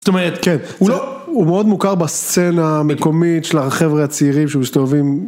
זאת אומרת, הוא מאוד מוכר בסצנה המקומית של החבר'ה הצעירים שהם מסתובבים.